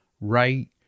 right